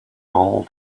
old